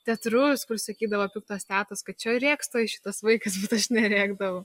teatrus kur sakydavo piktos tetos kad čia rėks tuoj šitas vaikas bet aš nerėkdavau